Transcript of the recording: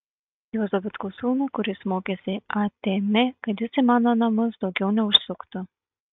juozo vitkaus sūnų kuris mokėsi atm kad jis į mano namus daugiau neužsuktų